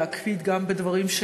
ולהקפיד גם בדברים של